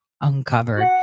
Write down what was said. uncovered